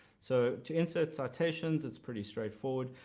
so to insert citations it's pretty straightforward.